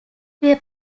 est